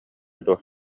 дуо